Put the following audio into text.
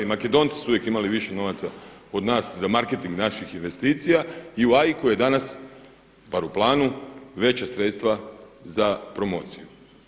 Makedonci su uvijek imali više novaca od nas za marketing naših investicija i u AIK-u je danas bar u planu veća sredstva za promociju.